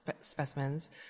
specimens